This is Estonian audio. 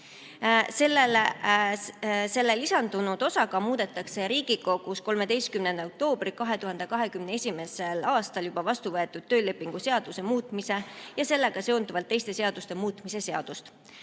Lisandunud osaga muudetakse Riigikogus 13. oktoobril 2021. aastal juba vastu võetud töölepingu seaduse muutmise ja sellega seonduvalt teiste seaduste muutmise seadust.